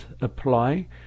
apply